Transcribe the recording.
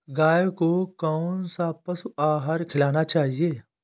गाय को कौन सा पशु आहार खिलाना चाहिए?